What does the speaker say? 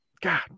God